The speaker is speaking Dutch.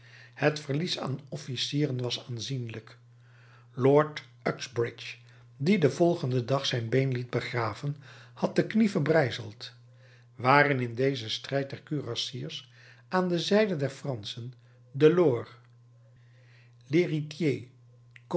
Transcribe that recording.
het verlies aan officieren was aanzienlijk lord uxbridge die den volgenden dag zijn been liet begraven had de knie verbrijzeld waren in dezen strijd der kurassiers aan de zijde der franschen delord